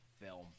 film